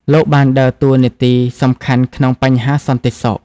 លោកបានដើរតួនាទីសំខាន់ក្នុងបញ្ហាសន្តិសុខ។